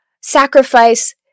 sacrifice